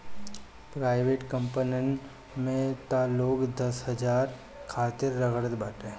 private कंपनीन में तअ लोग दस पांच हजार खातिर रगड़त बाटे